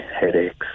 headaches